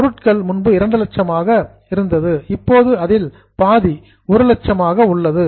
பொருட்கள் முன்பு 200000 ஆக இருந்தது இப்போது அதில் பாதி 100000 ஆக உள்ளது